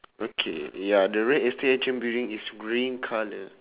okay ya the real estate agent building is green colour